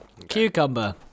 Cucumber